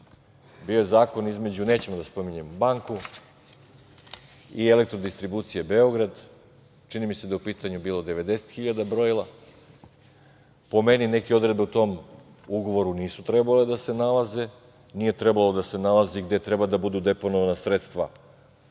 smo i 2010. godine. Neću da spominjem banku i EDB, čini mi se da je u pitanju bilo 90.000 brojila. Po meni neke odredbe u tom ugovoru nisu trebale da se nalaze, nije trebalo da se nalazi gde treba da budu deponovana sredstva